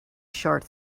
short